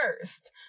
first